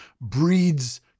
breeds